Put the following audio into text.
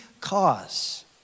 cause